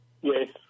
Yes